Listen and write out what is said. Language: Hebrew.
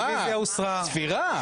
מה, ספירה.